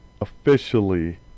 officially